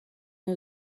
you